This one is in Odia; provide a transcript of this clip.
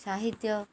ସାହିତ୍ୟ